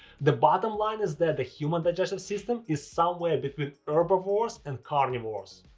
the bottom line is that the human digestive system is somewhere between herbivores and carnivores.